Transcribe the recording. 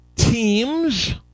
Teams